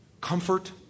comfort